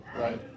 right